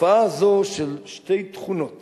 התופעה הזו של שתי תכונות